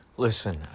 Listen